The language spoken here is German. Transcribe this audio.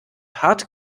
hart